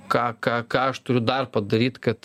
ką ką ką aš turiu dar padaryt kad